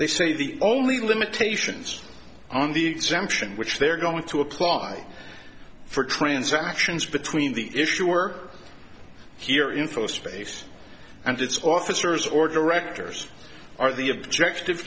they say the only limitations on the exemption which they are going to apply for transactions between the issuer here info space and its officers or directors are the objective